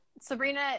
Sabrina